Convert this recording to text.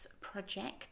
project